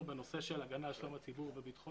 בנושא של הגנה על שלום הציבור וביטחונו.